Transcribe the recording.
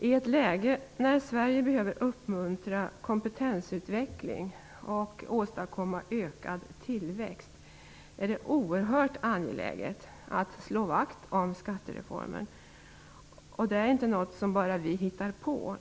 I ett läge när Sverige behöver uppmuntra kompetensutveckling och åstadkomma ökad tillväxt är det oerhört angeläget att slå vakt om skattereformen. Det är inte något som vi bara hittar på.